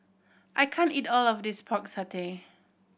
I can't eat all of this Pork Satay